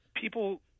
people